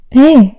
hey